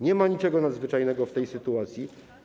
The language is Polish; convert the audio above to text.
Nie ma niczego nadzwyczajnego w tej sytuacji.